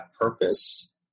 purpose